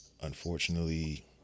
unfortunately